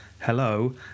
hello